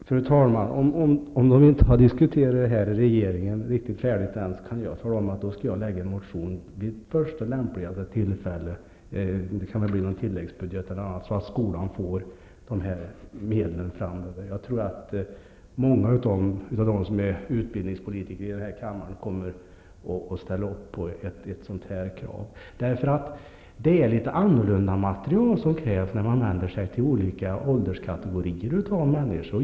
Fru talman! Om regeringen inte har diskuterat detta riktigt färdigt ännu skall jag väcka en motion vid första lämpliga tillfälle. Det kan väl bli vid någon tilläggsbudget. Då kan skolan få de här medlen framöver. Jag tror att många utbildningspolitiker i den här kammaren kommer att ställa upp på ett sådant krav. Det krävs litet annorlunda material när man vänder sig till olika ålderskategorier.